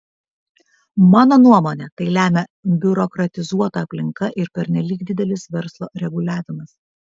mano nuomone tai lemia biurokratizuota aplinka ir pernelyg didelis verslo reguliavimas